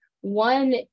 One